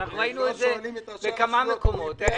ראינו את זה בכמה מקומות.